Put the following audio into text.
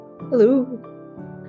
Hello